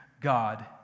God